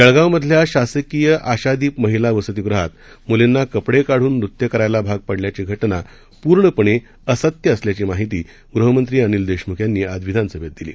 जळगावमधल्या शासकीय आशादीप महिला वसतीगृहात मुलींना कपडे काढून नृत्य करायला भाग पाडल्याची घटना पूर्णपणे असत्य असल्याची माहिती गृहमंत्री अनिल देशमुख यांनी आज विधानसभेत दिली